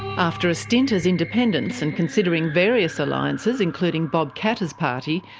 after a stint as independents, and considering various alliances, including bob katter's party,